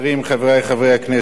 חברי חברי הכנסת,